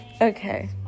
Okay